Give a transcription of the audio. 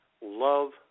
love